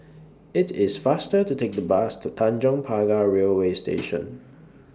IT IS faster to Take The Bus to Tanjong Pagar Railway Station